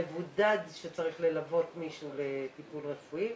מבודד שצריך ללוות מישהו לטיפול רפואי.